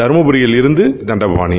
தர்மபுரியிலிருந்து தண்ட பாணி